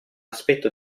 aspetto